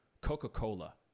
Coca-Cola